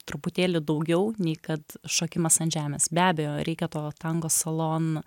truputėlį daugiau nei kad šokimas ant žemės be abejo reikia to tango salon